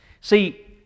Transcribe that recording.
see